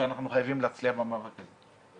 ואנחנו חייבים להצליח במאבק הזה.